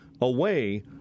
away